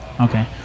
Okay